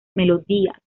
melodías